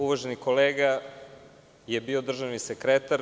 Uvaženi kolega je bio državni sekretar.